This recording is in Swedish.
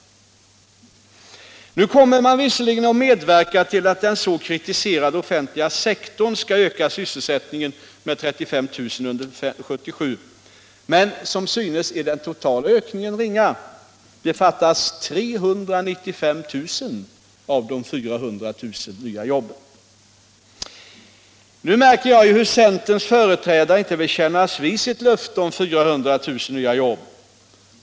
Nu kommer man visserligen att medverka till att den så kritiserade offentliga sektorn skall öka sysselsättningen med 35 000 jobb under 1977, men som synes blir den totala ökningen ringa. Det fattas 395 000 av de 400 000 nya jobben. Jag märker hur centerns företrädare inte vill kännas vid sitt löfte om 400 000 nya jobb.